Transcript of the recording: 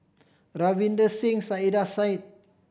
Ravinder Singh Saiedah Said